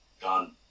Done